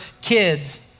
kids